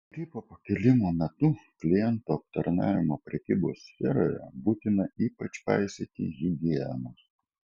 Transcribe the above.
gripo pakilimo metu klientų aptarnavimo prekybos sferoje būtina ypač paisyti higienos